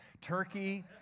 Turkey